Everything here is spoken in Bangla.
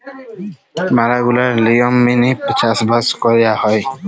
ম্যালা গুলা লিয়ম মেলে চাষ বাস কয়রা হ্যয়